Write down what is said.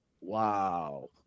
wow